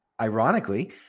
ironically